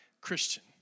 Christian